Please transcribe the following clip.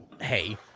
hey